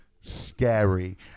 scary